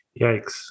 Yikes